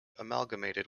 amalgamated